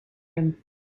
him